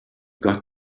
got